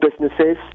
businesses